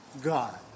God